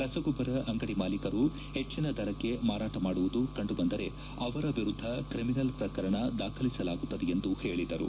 ರಸಗೊಬ್ಬರ ಅಂಗಡಿ ಮಾಲೀಕರು ಹೆಚ್ಚನ ದರಕ್ಕೆ ಮಾರಾಟ ಮಾಡುವುದು ಕಂಡು ಬಂದರೆ ಅವರ ವಿರುದ್ದ ಕ್ರಿಮಿನಲ್ ಪ್ರಕರಣ ದಾಖಲಿಸಲಾಗುತ್ತದೆ ಎಂದು ಹೇಳಿದರು